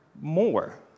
more